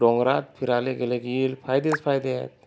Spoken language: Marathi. डोंगरात फिराले गेलं की फायदेच फायदे आहेत